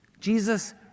Jesus